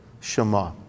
Shema